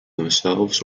themselves